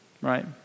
right